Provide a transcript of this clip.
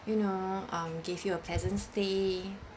you know um gave you a pleasant stay